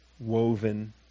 woven